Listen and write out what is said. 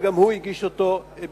וגם הוא הגיש אותו בשמו.